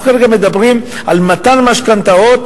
אנחנו כרגע מדברים על מתן משכנתאות